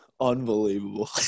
Unbelievable